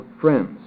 friends